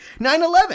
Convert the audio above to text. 9-11